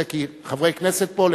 חבר כנסת פה,